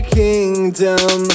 kingdom